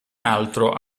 altro